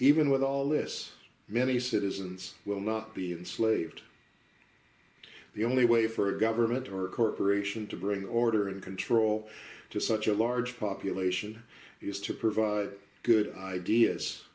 even with all this many citizens will not be in slaved the only way for a government or corporation to bring order and control to such a large population is to provide good ideas